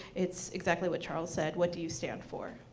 it's exactly what charles said, what do you stand for?